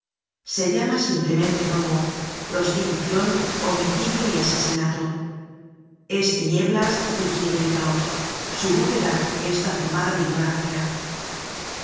se llama simplemente robo prostitucion homicidio y asesinato es tinieblas y quiere el caos su bóveda está formada de ignorancia